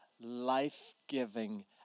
life-giving